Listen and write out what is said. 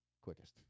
quickest